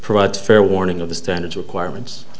provides fair warning of the standard requirements